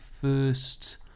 first